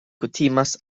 kutimas